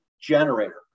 generator